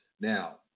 Now